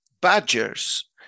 badgers